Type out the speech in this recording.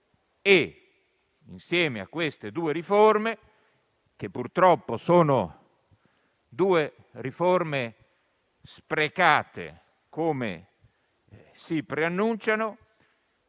Insieme a queste due riforme, che purtroppo sono due riforme sprecate, per come si preannunciano,